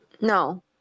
No